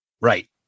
Right